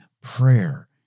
prayer